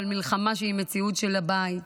אלא במלחמה שהיא המציאות של הבית.